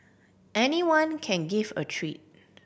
anyone can give a treat